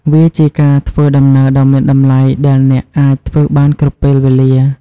វាជាការធ្វើដំណើរដ៏មានតម្លៃដែលអ្នកអាចធ្វើបានគ្រប់ពេលវេលា។